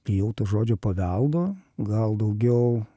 bijau to žodžio paveldo gal daugiau